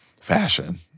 fashion